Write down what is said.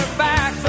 back